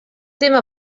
tema